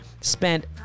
spent